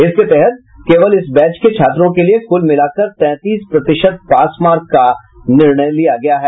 इसके तहत केवल इस बैच के छात्रों के लिए कुल मिलाकर तैंतीस प्रतिशत पास मार्क का निर्णय लिया गया है